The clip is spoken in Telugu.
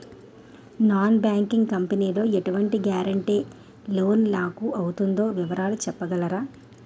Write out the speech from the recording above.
నాన్ బ్యాంకింగ్ కంపెనీ లో ఎటువంటి గారంటే లోన్ నాకు అవుతుందో వివరాలు చెప్పగలరా?